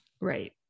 Right